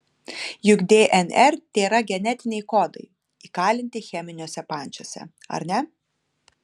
juk dnr tėra genetiniai kodai įkalinti cheminiuose pančiuose ar ne